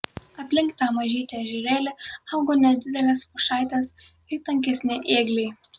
aplink tą mažytį ežerėlį augo nedidelės pušaitės ir tankesni ėgliai